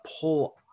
pull